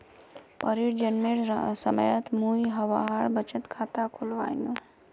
परीर जन्मेर समयत मुई वहार बचत खाता खुलवैयानु